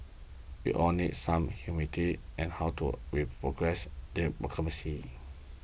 we all need some humility as how to we progress there